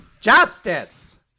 Justice